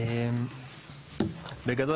בגדול,